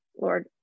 Lord